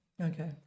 okay